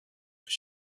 with